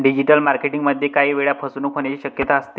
digital marketing मध्ये काही वेळा फसवणूक होण्याची शक्यता असते